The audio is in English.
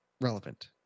Relevant